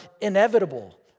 inevitable